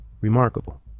Remarkable